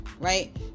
right